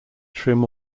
trim